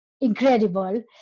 incredible